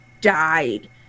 died